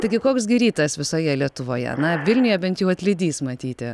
taigi koks gi rytas visoje lietuvoje na vilniuje bent jau atlydys matyti